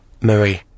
Marie